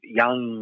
young